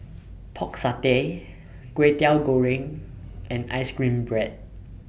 Pork Satay Kway Teow Goreng and Ice Cream Bread